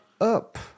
Up